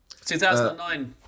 2009